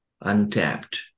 untapped